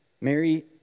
Mary